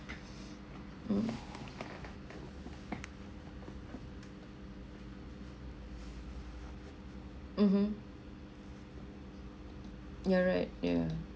mm mmhmm you're right yeah